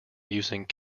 using